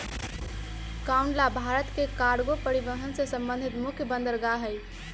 कांडला भारत के कार्गो परिवहन से संबंधित मुख्य बंदरगाह हइ